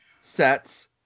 Sets